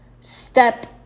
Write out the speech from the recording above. step